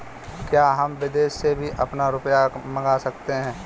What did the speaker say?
क्या हम विदेश से भी अपना रुपया मंगा सकते हैं?